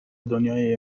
دنیای